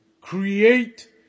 create